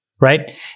right